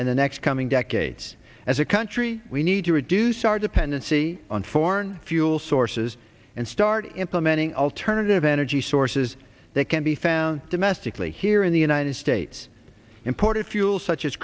and the next coming decades as a country we need to reduce our dependency on foreign fuel sources and start implementing alternative energy sources that can be found domestically here in the united states imported fuel such as